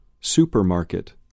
Supermarket